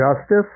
justice